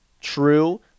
true